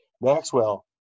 Maxwell